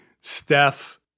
Steph